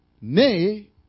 Nay